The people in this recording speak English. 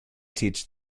teach